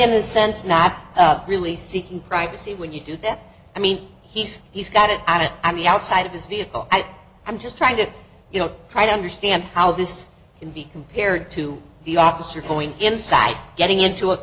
in a sense nap really seeking privacy when you do that i mean he's he's got it added on the outside of his vehicle and i'm just trying to you know try to understand how this can be compared to the officer point inside getting into